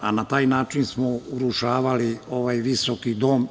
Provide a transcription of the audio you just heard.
Na taj način smo urušavali ovaj visoki dom.